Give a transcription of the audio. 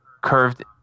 curved